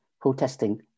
protesting